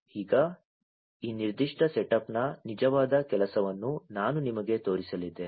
ಈಗ ಈ ನಿರ್ದಿಷ್ಟ ಸೆಟಪ್ನ ನಿಜವಾದ ಕೆಲಸವನ್ನು ನಾನು ನಿಮಗೆ ತೋರಿಸಲಿದ್ದೇನೆ